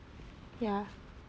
ya